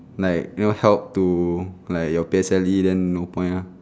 like you know help to like your P_S_L_E then no point lah